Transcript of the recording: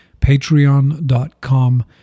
patreon.com